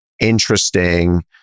interesting